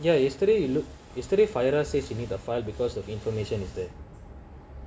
ya yesterday you look yesterday firearm says you need to file because of information is that